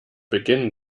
beginn